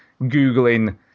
Googling